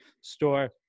store